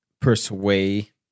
persuade